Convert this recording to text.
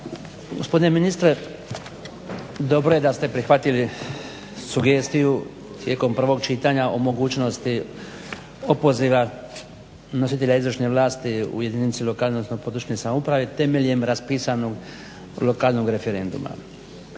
Gospodine ministre dobro je da ste prihvatili sugestiju tijekom prvog čitanja o mogućnosti opoziva nositelja izvršne vlasti u jedinicama lokalne odnosno područne samouprave temeljem raspisanog lokalnog referenduma.